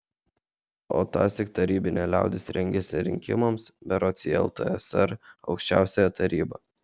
o tąsyk tarybinė liaudis rengėsi rinkimams berods į ltsr aukščiausiąją tarybą